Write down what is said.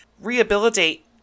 rehabilitate